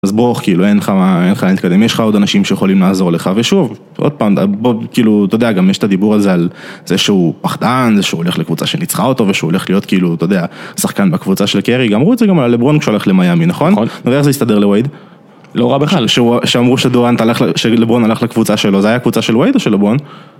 אז ברוך, כאילו אין לך לאן להתקדם, יש לך עוד אנשים שיכולים לעזור לך, ושוב, עוד פעם, בוא, כאילו, אתה יודע, גם יש את הדיבור הזה על זה שהוא פחדן, זה שהוא הולך לקבוצה שניצחה אותו, ושהוא הולך להיות, כאילו, אתה יודע, שחקן בקבוצה של קאריג, אמרו את זה גם על הלברון כשהוא הלך למיאמי, נכון? נו, איך זה הסתדר לווייד? לא רע בכלל, כשהוא, כשאמרו שדורנט הלך, שלברון הלך לקבוצה שלו, זה היה קבוצה של ווייד או של לברון?